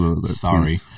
sorry